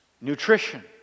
Nutrition